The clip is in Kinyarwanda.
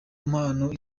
mpano